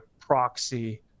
proxy